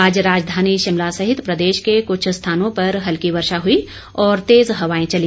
आज राजधानी शिमला सहित प्रदेश के कुछ स्थानों पर हल्की वर्षा हुई और तेज हवाएं चली